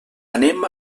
anem